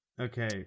Okay